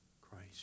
Christ